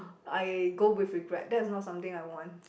I go with regret that is not something I want